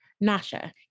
Nasha